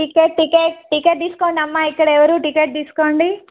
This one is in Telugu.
టిక్కెట్ టిక్కెట్ టిక్కెట్ తీసుకోండి అమ్మా ఇక్కడ ఎవరు టిక్కెట్ తీసుకోండి